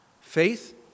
Faith